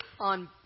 on